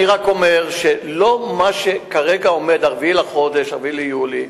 אני רק אומר, לא מה שכרגע עומד, 4 בחודש, 4 ביולי,